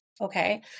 Okay